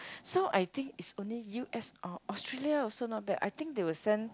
so I think is only U_S or Australia also not bad I think they will send